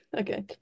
Okay